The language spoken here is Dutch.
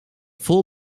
vol